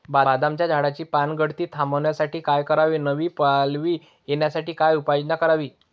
बदामाच्या झाडाची पानगळती थांबवण्यासाठी काय करावे? नवी पालवी येण्यासाठी काय उपाययोजना करावी?